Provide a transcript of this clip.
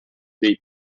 dei